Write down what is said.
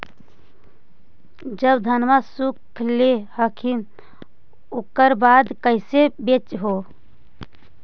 जब धनमा सुख ले हखिन उकर बाद कैसे बेच हो?